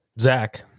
Zach